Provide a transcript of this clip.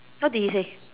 what did it say